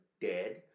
dead